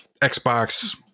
Xbox